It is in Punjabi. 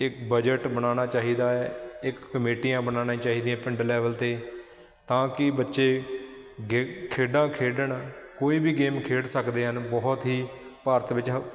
ਇੱਕ ਬਜਟ ਬਣਾਉਣਾ ਚਾਹੀਦਾ ਹੈ ਇੱਕ ਕਮੇਟੀਆਂ ਬਣਾਉਣਾ ਚਾਹੀਦੀਆਂ ਪਿੰਡ ਲੈਵਲ 'ਤੇ ਤਾਂ ਕਿ ਬੱਚੇ ਗੇ ਖੇਡਾਂ ਖੇਡਣ ਕੋਈ ਵੀ ਗੇਮ ਖੇਡ ਸਕਦੇ ਹਨ ਬਹੁਤ ਹੀ ਭਾਰਤ ਵਿੱਚ ਹ